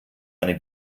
eine